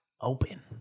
open